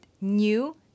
new